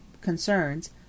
concerns